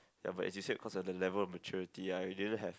ya but as you said cause of the level of maturity I didn't have